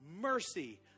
mercy